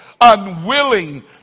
unwilling